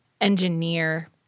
engineer